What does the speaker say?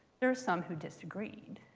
there are some who disagreed.